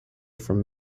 from